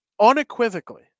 unequivocally